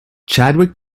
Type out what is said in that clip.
chadwick